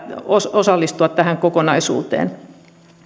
osallistua tähän kokonaisuuteen